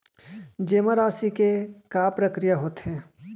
जेमा राशि के का प्रक्रिया होथे?